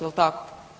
Jel' tako?